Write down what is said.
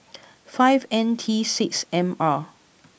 five N T six M R